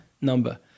number